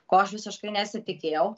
ko aš visiškai nesitikėjau